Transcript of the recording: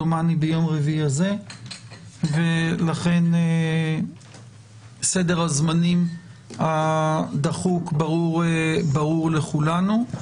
דומני ביום רביעי הזה ולכן סדר הזמנים הדחוק ברור לכולנו.